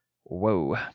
whoa